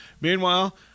Meanwhile